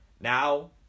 Now